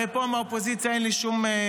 הרי מהאופוזיציה פה אין לי שום ציפיות.